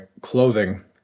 clothing